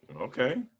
Okay